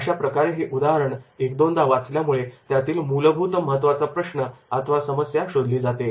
अशाप्रकारे हे उदाहरण एक दोनदा वाचल्यामुळे त्यातील मूलभूत महत्त्वाचा प्रश्न अथवा समस्या शोधली जाते